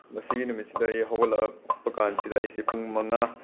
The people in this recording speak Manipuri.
ꯃꯁꯤꯒꯤ ꯅꯨꯃꯤꯠꯁꯤꯗ ꯑꯩ ꯍꯧꯒꯠꯂꯛꯄ ꯀꯥꯟꯁꯤꯗ ꯑꯩꯁꯦ ꯄꯨꯡ ꯃꯪꯉꯥ